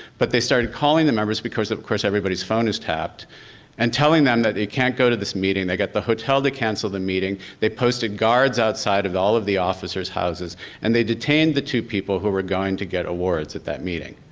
but they started calling the members because of course everybody's phone is tapped and telling them that they can't go to this meeting. they got the hotel to cancel the meeting. they post guards outside of all of the officer's houses and they detained the two people who were going to get awards at that meeting.